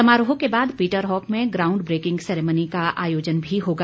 समारोह के बाद पीटरहॉफ में ग्राउंड ब्रेकिंग सेरेमनी का आयोजन भी होगा